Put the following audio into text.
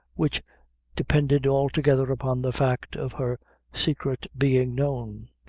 which depended altogether upon the fact of her secret being known.